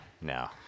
No